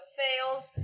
fails